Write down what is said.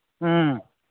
ꯎꯝ